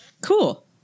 Cool